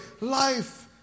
life